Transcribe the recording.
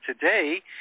today